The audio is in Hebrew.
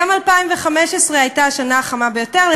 גם 2015 הייתה השנה החמה ביותר,